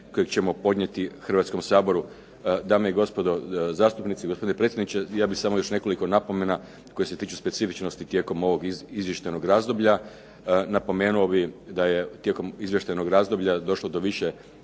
kojeg ćemo podnijeti Hrvatskom saboru. Dame i gospodo zastupnici, gospodine predsjedniče, ja bih samo još nekoliko napomena koje se tiču specifičnosti tijekom ovog izvještajnog razdoblja. Napomenuo bih da je tijekom izvještajnog razdoblja došlo do